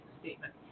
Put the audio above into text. statement